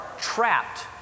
trapped